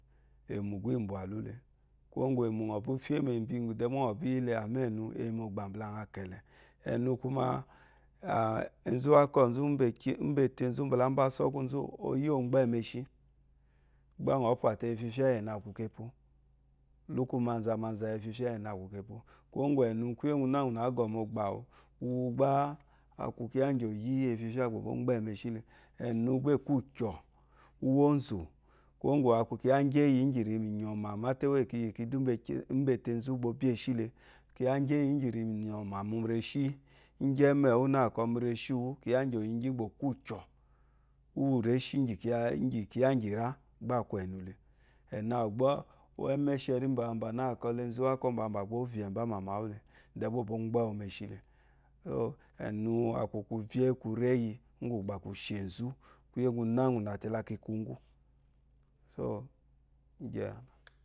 Èmwù gbá i mbwàlú le. Kwuwó ŋgwù èmwù ŋɔ̀ bíi fyé mèmbiìì dɛ gbá ŋɔ̀ bíi yí le, àmá ɛ̀nu è yi mɔgbà mbula ŋa kɛlɛ. Ɛ̀nu kwuma, enzu wákɔ̂ nzú úmbà ete nzú mbala mba asɔkwúu nzú o yí o mgbɛ̂ meshí kwuwó ŋgwù ɛnu kwúyè úŋgwunáŋgwunà ǎ gɔ̀ mɔgbà àwù, uwu gbá a kwu kyiya íŋgyì o gyí ò yíí efyefyá gbà o kɔ mgbɛ̂ meshí le. Ɛ̀nu gbá o bí ùkyɔ̀ úwónzù, kwuwó ŋgwù a kwu kyiya íŋgyìn éyi, íŋgyì ri yi mu ìnuɔ̀mà, máte éwó íyì ki yì ki dù úmbà ete nzú gbà o bí eshí le kyiya íŋgyì eyi íŋgyì ri yi mìnyɔ̀mà mu reshí íŋgyì ɛ́mɛ́ɛ wú nâ kɔ mu reshíi wú, kyiya íŋgyì o yi ŋgyí gbà o kwú úkyɔ̀, íyì réshí íŋgyì kyiya, íŋgyì kyiya íŋgyì ìrá, gbá a kwu ɛ̀nu le. Ɛ̀nu àwù gbá, kwó ɛ́mɛ́shɛrí mbàambà nǎ kɔ la enzuákɔ́ mbàambà gbá ó vyɛ̀ mbámà mawú le, dɛ gbá ò bɔ́ɔ mgbɛ́ wu meshí le. ɛ̀nu, a kwu kwuvyé kwureyi úŋgwù gbà kwu she nzú kwúyé úŋgwunáŋgwuná te la ki kwu ŋgwú. So